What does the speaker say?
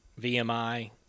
VMI